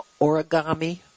origami